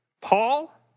Paul